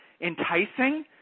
enticing